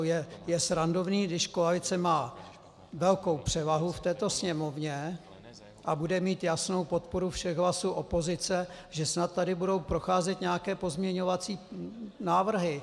Je srandovní, když koalice má velkou převahu v této Sněmovně a bude mít jasnou podporu všech hlasů opozice, že snad tady budou procházet nějaké pozměňovací návrhy.